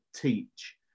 teach